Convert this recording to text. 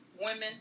women